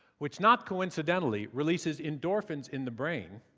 which, not coincidentally, releases endorphins in the brain.